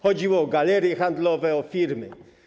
Chodziło o galerie handlowe, o firmy.